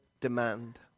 demand